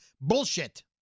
Bullshit